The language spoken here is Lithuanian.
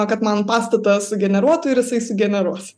kad man pastatą sugeneruotų ir jisai sugeneruos